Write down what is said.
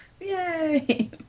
Yay